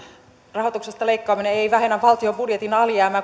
rahoituksesta leikkaaminenhan ei vähennä valtion budjetin alijäämää